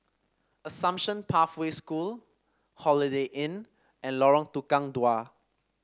Assumption Pathway School Holiday Inn and Lorong Tukang Dua